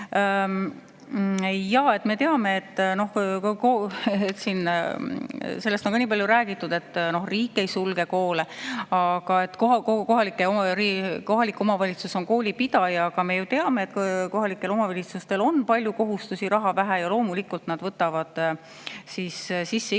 Jaa, me teame, sellest on siin ka nii palju räägitud, et riik ei sulge koole. Kohalik omavalitsus on koolipidaja. Aga me ju teame, et kohalikel omavalitsustel on palju kohustusi ja raha vähe ja loomulikult nad võtavad ette